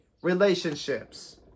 relationships